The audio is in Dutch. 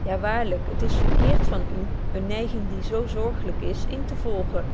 ja waarlyk t is verkeert van u eene neiging die betje wolff proeve over de opvoeding zo zorgelyk is in te volgen